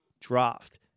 draft